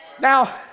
Now